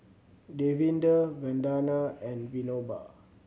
Davinder Vandana and Vinoba